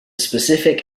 specific